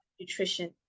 nutrition